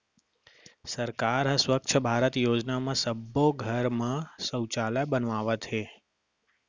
सरकार ह स्वच्छ भारत योजना म सब्बो घर म सउचालय बनवावत हे